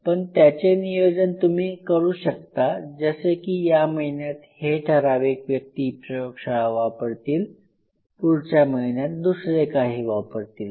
पण त्याचे नियोजन तुम्ही करू शकता जसे की या महिन्यात हे ठराविक व्यक्ती प्रयोगशाळा वापरतील पुढच्या महिन्यात दुसरे काही वापरतील